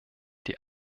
die